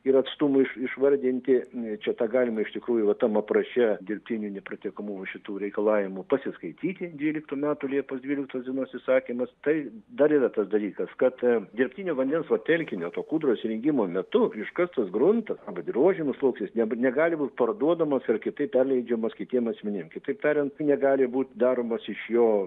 ir atstumai iš išvardinti čia tą galima iš tikrųjų va tam apraše dirbtinių nepratekamų va šitų reikalavimų pasiskaityti dvyliktų metų liepos dvyliktos dienos įsakymas tai dar yra tas dalykas kad dirbtinio vandens va telkinio to kūdros įrengimo metu iškastas gruntas arba dirvožemio sluoksnis negali būti parduodamas ar kitaip perleidžiamas kitiem asmenim kitaip tariant negali būti daromas iš jo